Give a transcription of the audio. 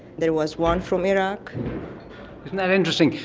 there was one from iraq. isn't that interesting.